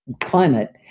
climate